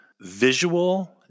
visual